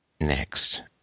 next